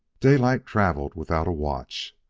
daylight travelled without a watch,